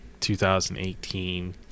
2018